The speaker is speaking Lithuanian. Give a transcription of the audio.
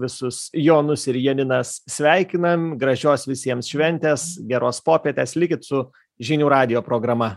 visus jonus ir janinas sveikinam gražios visiems šventės geros popietės likit su žinių radijo programa